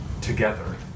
together